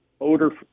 odor